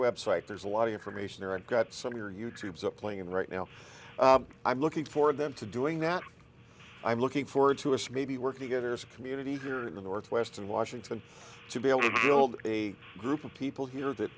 website there's a lot of information there and got some of your you tubes up playing right now i'm looking for them to doing that i'm looking forward to us maybe working together as a community here in the northwest and washington to be able to build a group of people here that